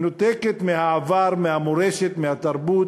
מנותקת מהעבר, מהמורשת, מהתרבות,